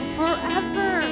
forever